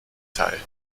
teil